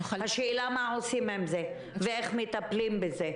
השאלה מה עושים עם זה ואיך מטפלים בזה,